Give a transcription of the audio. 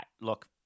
Look